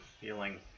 feeling